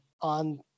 on